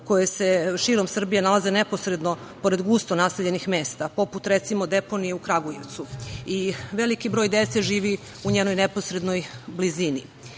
koje se širom Srbije nalaze neposredno pored gusto naseljenih mesta, poput recimo, deponije u Kragujevcu i veliki broj dece živi u njenoj neposrednoj blizini. Značajan